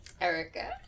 Erica